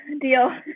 deal